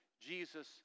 Jesus